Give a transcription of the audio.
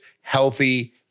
healthy